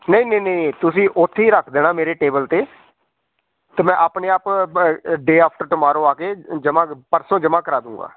ਨਹੀਂ ਨਹੀਂ ਨਹੀਂ ਤੁਸੀਂ ਉੱਥੇ ਹੀ ਰੱਖ ਦੇਣਾ ਮੇਰੇ ਟੇਬਲ 'ਤੇ ਅਤੇ ਮੈਂ ਆਪਣੇ ਆਪ ਬ ਡੇਅ ਆਫ਼ਟਰ ਟੋਮੋਰੋ ਆ ਕੇ ਜਮ੍ਹਾਂ ਪਰਸੋਂ ਜਮ੍ਹਾਂ ਕਰਾ ਦੇਊਂਗਾ